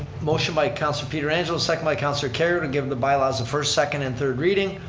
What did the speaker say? motion by councilor pietrangelo. second by councilor kerrio to give the by-laws a first, second, and third reading.